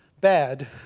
bad